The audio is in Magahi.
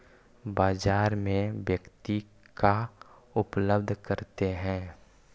बाजार में व्यक्ति का उपलब्ध करते हैं?